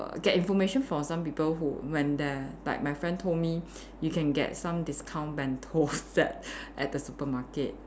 get information from some people who went there like my friend told me you can get some discount bento set at the supermarket